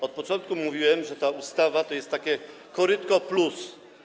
Od początku mówiłem, że ta ustawa to jest takie korytko+.